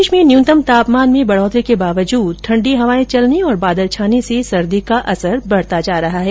प्रदेश में न्यूनतम तापमान में बढ़ोतरी के बावजूद ठण्डी हवाएं चलने और बादल छाने से सर्दी का असर बढ़ता जा रहा है